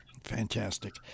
fantastic